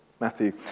Matthew